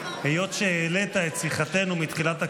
היות שהעלית את שיחתנו מתחילת הקדנציה,